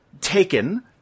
taken